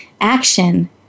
action